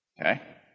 Okay